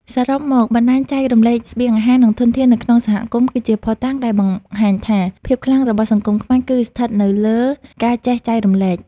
សរុបមក បណ្ដាញចែករំលែកស្បៀងអាហារ និងធនធាននៅក្នុងសហគមន៍ គឺជាភស្តុតាងដែលបង្ហាញថា ភាពខ្លាំងរបស់សង្គមខ្មែរគឺស្ថិតនៅលើ ការចេះចែករំលែក ។